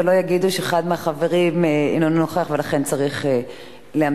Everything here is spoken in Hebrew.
ולא יגידו שאחד מהחברים אינו נוכח ולכן צריך להמתין.